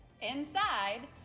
inside